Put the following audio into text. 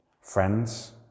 Friends